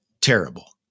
terrible